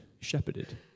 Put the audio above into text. shepherded